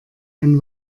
ein